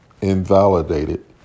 invalidated